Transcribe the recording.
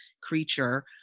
creature